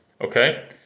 okay